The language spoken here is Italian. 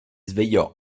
svegliò